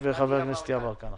אבל זה רק טיפה בים.